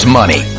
money